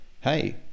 hey